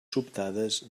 sobtades